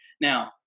Now